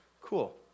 Cool